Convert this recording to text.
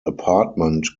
apartment